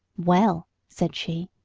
well, said she,